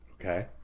Okay